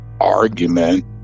argument